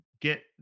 get